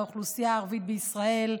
לאוכלוסייה הערבית בישראל.